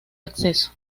acceso